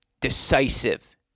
decisive